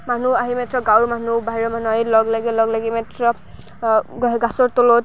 মানুহ আহে গাঁৱৰ মানুহ বাহিৰৰ মানুহ আহি লগ লাগে লগ লাগি মাত্ৰ গছৰ তলত